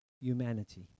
humanity